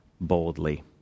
boldly